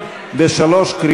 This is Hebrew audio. נגד,